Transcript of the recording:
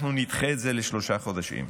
אנחנו נדחה את זה בשלושה חודשים.